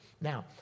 Now